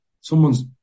someone's